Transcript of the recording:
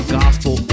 gospel